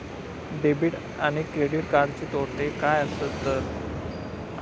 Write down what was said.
Debit आणि credit कार्डचे तोटे काय आसत तर?